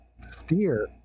steer